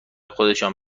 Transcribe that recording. خودشان